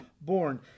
born